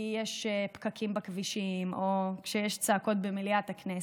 כי יש פקקים בכבישים או כשיש צעקות במליאת הכנסת,